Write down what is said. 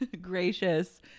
gracious